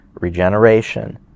regeneration